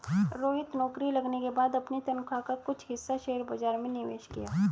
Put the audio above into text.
रोहित नौकरी लगने के बाद अपनी तनख्वाह का कुछ हिस्सा शेयर बाजार में निवेश किया